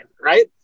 Right